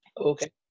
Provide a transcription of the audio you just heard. Okay